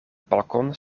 balkon